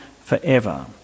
forever